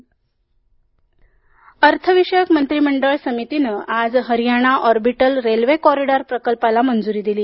railway अर्थविषयक मंत्रीमंडळ समितीनं आज हरियाणा ऑरबिटल रेल्वे कॉरिडॉर प्रकल्पाला मंजुरी दिली